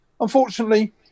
Unfortunately